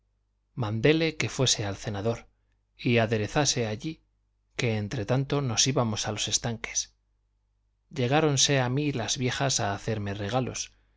mandéle que fuese al cenador y aderezase allí que entretanto nos íbamos a los estanques llegáronse a mí las viejas a hacerme regalos